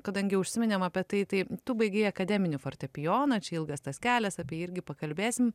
kadangi užsiminėm apie tai tu baigei akademinį fortepijoną čia ilgas tas kelias apie jį irgi pakalbėsim